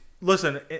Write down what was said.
Listen